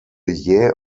jäh